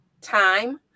time